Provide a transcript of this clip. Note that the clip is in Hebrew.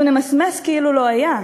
אנחנו נמסמס כאילו לא היה.